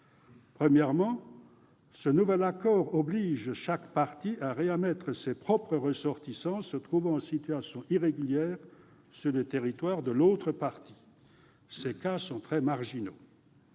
Premièrement, ce nouvel accord oblige chaque partie à réadmettre ses propres ressortissants se trouvant en situation irrégulière sur le territoire de l'autre partie. Ces cas sont très marginaux.